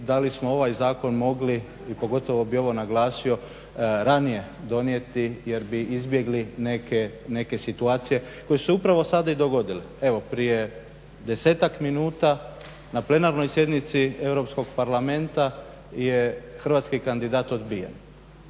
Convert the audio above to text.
da li smo ovaj zakon mogli i pogotovo bi ovo naglasio ranije donijeti jer bi izbjegli neke situacije koje su se upravo sada i dogodilo. Evo prije 10-tak minuta na plenarnoj sjednici Europskog parlamenta je hrvatski kandidat odbijen,